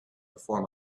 before